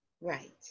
right